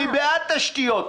אני בעד תשתיות,